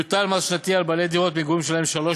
יוטל מס שנתי על בעלי דירות מגורים שיש להם שלוש